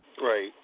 Right